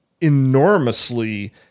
enormously